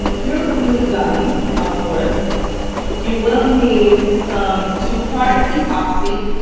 your glue gun, of course you will need some two-part epoxy,